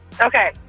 Okay